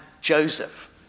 Joseph